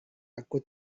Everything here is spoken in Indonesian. aku